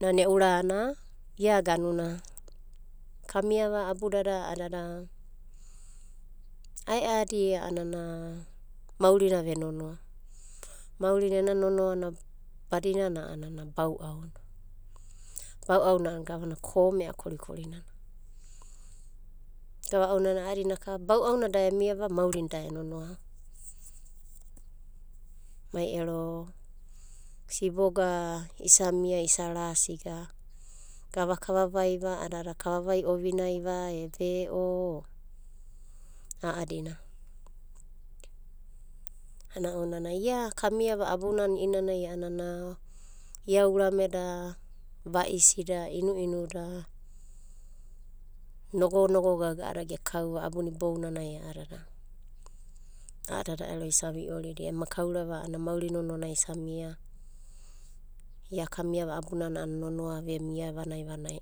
Nana e'u rana a'ana ia ganuna kanuiava abudada a'ada ae'ada a'ana maurina ve nonoa. Mauri na ena nonoana badinana a'anana bau'auna. Bau'auna a'ana gavana kome'a korikorinana. Gava ounanai a'adina akava? Bau'auna da emiava maurina da enonoa. Mai ero siboga isa mia isa rasiga gava kavavaiva a'adada, kavavai ovinai va e ve'o a'adina. A'ana ounanai ia kamiava abunana ia i'inanai a'ana ia urameda vaisida inuiinu da nogonogo gaga'a da gekau ro'ava abuna ibounanai a'adada ero isa vi'orida. Ema kaurava mauri nonoanai isa mia. Ia kamiava abunana a'ana nonoa vemia vanai vanai.